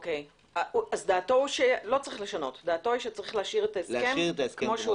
דעתו שלא צריך לשנות אלא להשאיר את ההסכם.